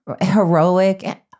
heroic